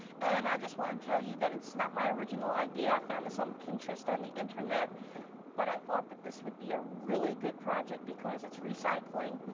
and i just want to tell you that it's not my original idea. i found this on pinterest on the internet but i thought that this would be a really good project because it's recycling.